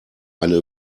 eine